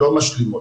לא משלימות.